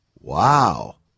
Wow